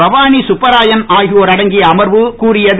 பவானி கப்புராயன் ஆகியோர் அடங்கிய அமர்வு கூறியது